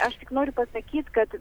aš tik noriu pasakyt kad